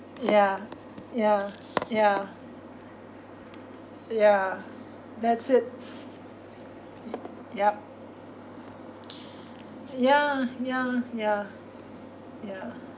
ya ya ya ya that's it yup ya ya ya